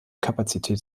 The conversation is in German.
kapazität